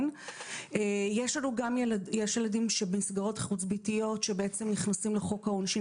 יש לנו גם ילדים שבמסגרות חוץ-ביתיות שבעצם נכנסים לחוק העונשין